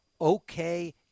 okay